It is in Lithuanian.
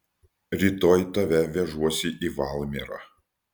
rytoj tave vežuosi į valmierą